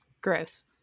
Gross